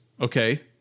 Okay